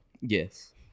Yes